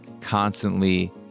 constantly